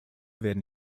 werden